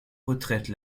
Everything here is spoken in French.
retraite